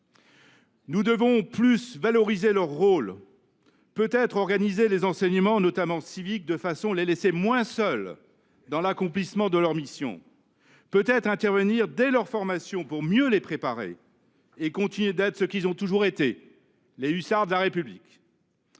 Nous devons davantage valoriser leur rôle, peut être organiser les enseignements, notamment civiques, de façon à les laisser moins seuls dans l’accomplissement de leur mission et peut être intervenir dès leur formation pour mieux les préparer et leur permettre de continuer d’être ce qu’ils ont toujours été, les hussards de la République.